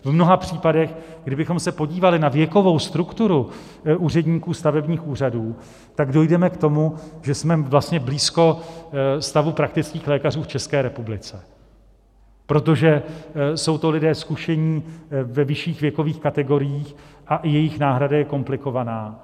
V mnoha případech, kdybychom se podívali na věkovou strukturu úředníků stavebních úřadů, tak dojdeme k tomu, že jsme vlastně blízko stavu praktických lékařů v České republice, protože jsou to lidé zkušení, ve vyšších věkových kategoriích a i jejich náhrada je komplikovaná.